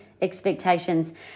expectations